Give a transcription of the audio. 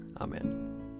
Amen